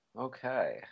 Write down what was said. okay